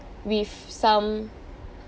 with some